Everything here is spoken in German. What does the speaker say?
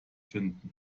finden